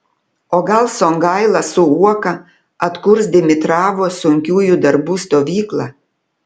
o gal songaila su uoka atkurs dimitravo sunkiųjų darbų stovyklą